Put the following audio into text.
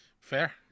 Fair